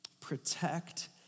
protect